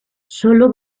sólo